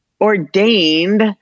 ordained